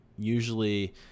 usually